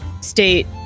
state